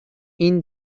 این